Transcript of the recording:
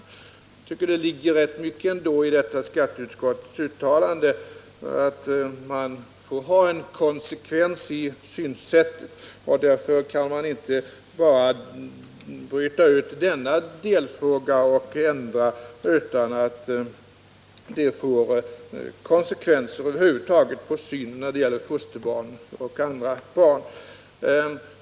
Jag tycker det ligger rätt mycket förnuft i detta skatteutskottets uttalande om att man bör ha en viss konsekvens i sitt synsätt. Därför kan man inte bara bryta ut denna delfråga och ändra skattereglerna för den utan att det får konsekvenser över huvud taget för synen på fosterbarn och andra barn.